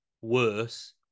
worse